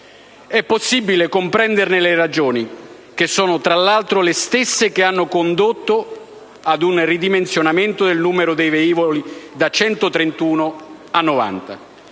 È possibile comprenderne le ragioni, che sono tra l'altro le stesse che hanno condotto ad un ridimensionamento del numero di velivoli da 131 a 90.